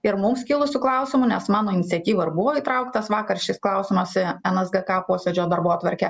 ir mums kilusių klausimų nes mano iniciatyva ir buvo įtrauktas vakar šis klausimas į nsgk posėdžio darbotvarkę